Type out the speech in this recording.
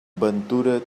ventura